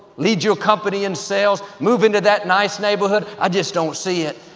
lead your company in sales, move into that nice neighborhood? i just don't see it.